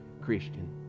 Christian